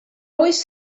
oes